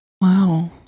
wow